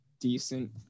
decent